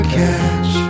catch